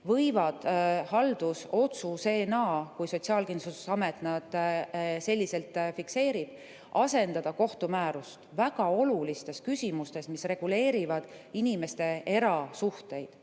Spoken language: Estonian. võivad haldusotsusena, kui Sotsiaalkindlustusamet nad selliselt fikseerib, asendada kohtumäärust väga olulistes küsimustes, mis reguleerivad inimeste erasuhteid,